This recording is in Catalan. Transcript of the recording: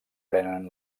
prenen